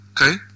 okay